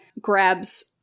grabs